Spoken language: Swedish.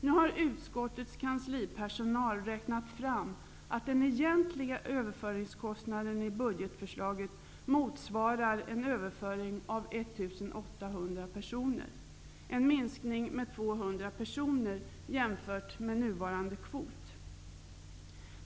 Nu har utskottets kanslipersonal räknat fram att den egentliga överföringskostnaden i budgetförslaget motsvarar en överföring av 1 800 personer, en minskning med 200 personer jämfört med nuvarande kvot.